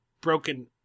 broken